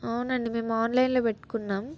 అవునండి మేము ఆన్లైన్లో పెట్టుకున్నాం